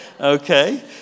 Okay